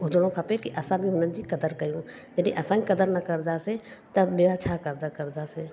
हुजिणो खपे कि असां बि हुनजी क़द्र कयूं जॾहिं असां ई क़द्र न कंदासीं त ॿियां छा क़द्र कंदासीं